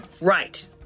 right